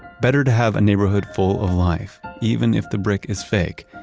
better to have a neighborhood full of life, even if the brick is fake,